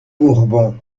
bourbons